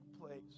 place